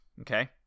Okay